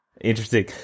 interesting